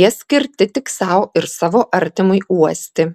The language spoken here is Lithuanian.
jie skirti tik sau ir savo artimui uosti